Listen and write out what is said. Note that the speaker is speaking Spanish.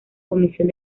comisión